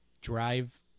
drive